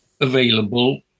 available